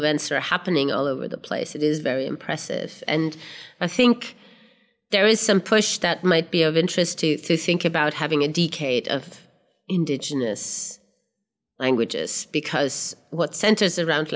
events are happening all over the place it is very impressive and i think there is some push that might be of interest to think about having a decade of indigenous languages because what centers around